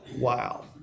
Wow